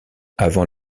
avant